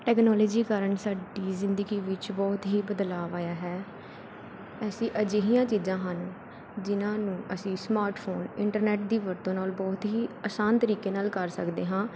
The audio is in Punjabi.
ਟੈਕਨੋਲੋਜੀ ਕਾਰਨ ਸਾਡੀ ਜ਼ਿੰਦਗੀ ਵਿੱਚ ਬਹੁਤ ਹੀ ਬਦਲਾਵ ਆਇਆ ਹੈ ਅਸੀਂ ਅਜਿਹੀਆਂ ਚੀਜ਼ਾਂ ਹਨ ਜਿਨ੍ਹਾਂ ਨੂੰ ਅਸੀਂ ਸਮਾਟਫੋਨ ਇੰਟਰਨੈੱਟ ਦੀ ਵਰਤੋਂ ਨਾਲ ਬਹੁਤ ਹੀ ਅਸਾਨ ਤਰੀਕੇ ਨਾਲ ਕਰ ਸਕਦੇ ਹਾਂ